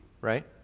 right